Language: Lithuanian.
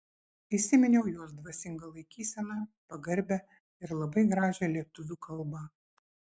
įsiminiau jos dvasingą laikyseną pagarbią ir labai gražią lietuvių kalbą